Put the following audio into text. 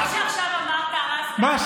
רם, מה שעכשיו אמרת, הרסת,